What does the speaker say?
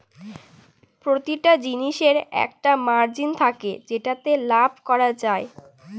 প্রতিটা জিনিসের একটা মার্জিন থাকে যেটাতে লাভ করা যায়